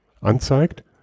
anzeigt